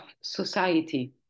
society